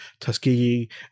Tuskegee